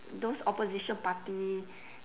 those opposition party